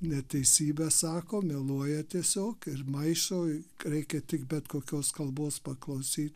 neteisybę sako meluoja tiesiog ir maišo reikia tik bet kokios kalbos paklausyt